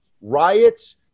riots